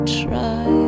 try